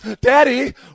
Daddy